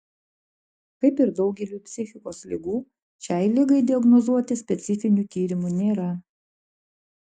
kaip ir daugeliui psichikos ligų šiai ligai diagnozuoti specifinių tyrimų nėra